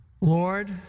Lord